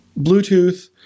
bluetooth